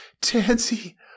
Tansy